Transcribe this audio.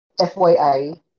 FYI